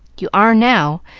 you are now,